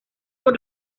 por